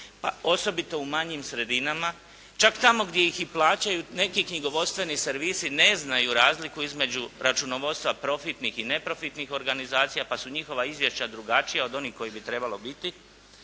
osobito u manjim sredinama. Čak tamo gdje ih i plaćaju neki knjigovodstveni servisi ne znaju razliku između računovodstva profitnih i neprofitnih organizacija pa su njihova izvješća drugačija od onih koja bi trebala biti.